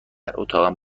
اتاقم